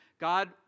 God